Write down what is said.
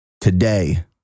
today